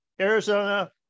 Arizona